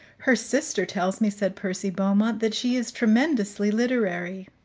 her sister tells me, said percy beaumont, that she is tremendously literary.